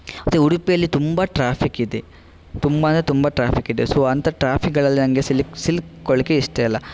ಮತ್ತು ಉಡುಪಿಯಲ್ಲಿ ತುಂಬ ಟ್ರ್ಯಾಫಿಕ್ಕಿದೆ ತುಂಬ ಅದರೆ ತುಂಬ ಟ್ರ್ಯಾಫಿಕ್ಕಿದೆ ಸೊ ಅಂಥ ಟ್ರ್ಯಾಫಿಕ್ಗಳಲ್ಲಿ ನಂಗೆ ಸಿಲುಕ್ ಸಿಲುಕ್ಕೊಳ್ಲಿಕ್ಕೆ ಇಷ್ಟ ಇಲ್ಲ